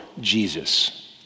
Jesus